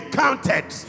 counted